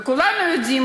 וכולנו יודעים,